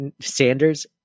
Sanders